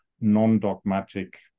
non-dogmatic